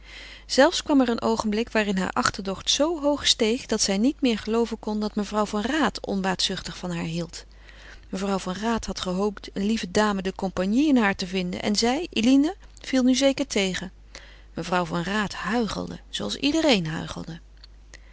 zelfs kwam er een oogenblik waarin hare achterdocht zoo hoog steeg dat zij niet meer gelooven kon dat mevrouw van raat onbaatzuchtig van haar hield mevrouw van raat had gehoopt een lieve dame de compagnie in haar te vinden en zij eline viel nu zeker tegen mevrouw van raat huichelde zooals ieder